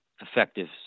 effective